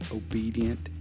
obedient